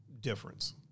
difference